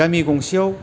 गामि गंसेयाव